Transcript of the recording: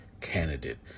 candidate